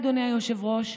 אדוני היושב-ראש,